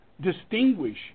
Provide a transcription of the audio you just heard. distinguish